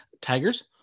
Tigers